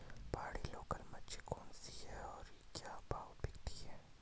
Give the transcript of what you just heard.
पहाड़ी लोकल मछली कौन सी है और क्या भाव बिकती है?